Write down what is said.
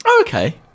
Okay